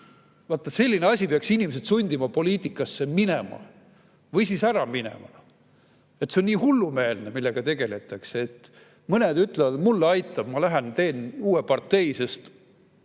vaata, selline asi peaks inimesed sundima poliitikasse minema või siis [poliitikast] ära minema. See on nii hullumeelne, millega tegeldakse, et mõned ütlevad: "Mulle aitab! Ma lähen, teen uue partei, sest